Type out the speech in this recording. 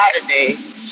Saturday